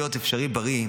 רשויות אפשריבריא,